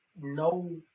no